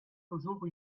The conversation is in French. toujours